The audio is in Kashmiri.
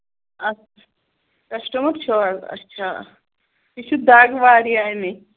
اَچھ کَسٹَمر چھِوٕ حظ اَچھا مےٚ چھِ دگ واریاہ امِچ